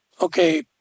Okay